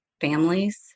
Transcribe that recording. families